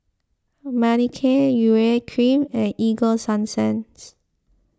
Manicare Urea Cream and Ego Sunsense